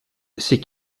c’est